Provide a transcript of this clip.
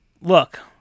look